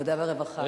עבודה ורווחה.